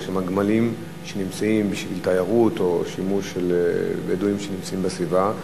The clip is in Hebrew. יש שם גמלים שנמצאים בשביל תיירות או בשימוש של בדואים שנמצאים בסביבה,